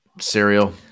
Cereal